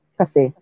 kasi